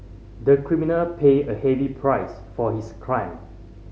the criminal paid a heavy price for his crime